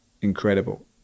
incredible